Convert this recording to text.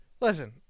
Listen